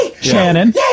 Shannon